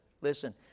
Listen